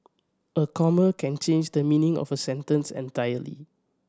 a comma can change the meaning of a sentence entirely